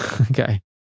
Okay